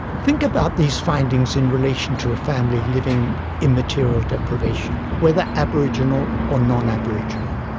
think about these findings in relation to a family living in material deprivation, whether aboriginal or non-aboriginal.